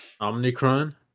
Omnicron